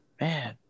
man